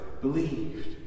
believed